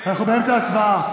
אנחנו באמצע ההצבעה.